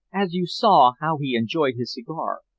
as you saw how he enjoyed his cigar,